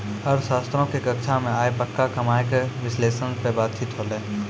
अर्थशास्त्रो के कक्षा मे आइ पक्का कमाय के विश्लेषण पे बातचीत होलै